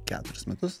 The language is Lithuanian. keturis metus